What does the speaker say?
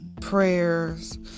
prayers